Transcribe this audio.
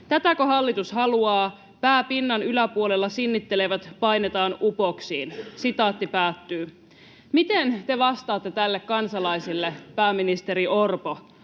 Tätäkö hallitus haluaa? Pää pinnan yläpuolella sinnittelevät painetaan upoksiin.” Miten te vastaatte tälle kansalaiselle, pääministeri Orpo?